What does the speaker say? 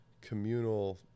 communal